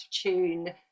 tune